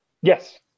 Yes